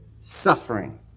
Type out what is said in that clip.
Suffering